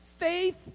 faith